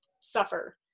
suffer